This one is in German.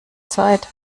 zeit